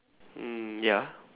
mm ya